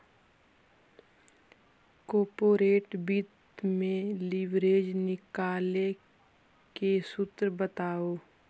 corporate वित्त में leverage निकाले के सूत्र बताओ